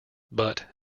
but